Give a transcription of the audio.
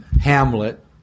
Hamlet